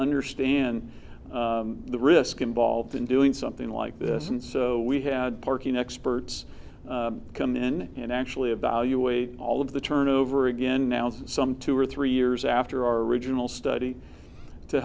understand the risk involved in doing something like this and so we had parking experts come in and actually evaluate all of the turnover again now to some two or three years after our original study to